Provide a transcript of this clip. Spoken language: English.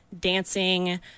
dancing